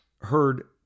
heard